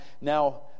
now